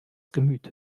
gemüt